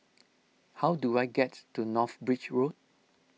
how do I get to North Bridge Road